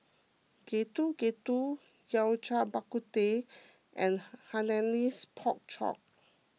Getuk Getuk Yao Cai Bak Kut Teh and Han Hainanese Pork Chop